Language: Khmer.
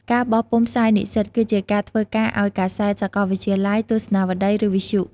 ការបោះពុម្ពផ្សាយនិស្សិត គឺជាការធ្វើការឱ្យកាសែតសាកលវិទ្យាល័យ ទស្សនាវដ្តី ឬវិទ្យុ។